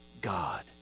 God